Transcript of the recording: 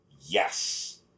Yes